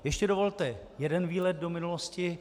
Ještě dovolte jeden výlet do minulosti.